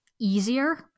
easier